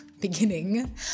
beginning